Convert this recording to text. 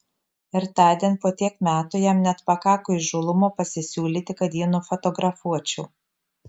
ir tądien po tiek metų jam net pakako įžūlumo pasisiūlyti kad jį nufotografuočiau